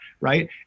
Right